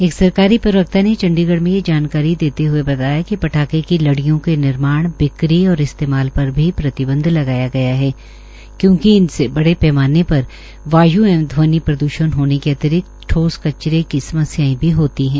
एक सरकारी प्रवक्ता ने चंडीगढ में यह जानकारी देते हए बताया कि पटाखे की लडिय़ों के निर्माण बिक्री और इस्तेमाल पर भी प्रतिबंध लगाया गया है क्योंकि इनसे बड़े पैमाने पर वाय् एवं ध्वनि प्रदूषण होने के अतिरिक्त ठोस कचरे की समस्याएं भी होती हैं